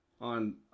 on